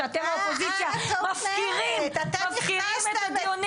שאתם באופוזיציה מפקירים את הדיונים